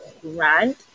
grant